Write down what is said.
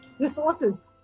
Resources